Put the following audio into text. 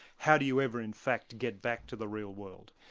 how do you ever in fact get back to the real world?